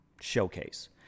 showcase